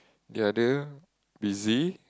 the other busy